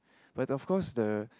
but of course the